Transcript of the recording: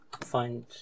find